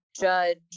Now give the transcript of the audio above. judge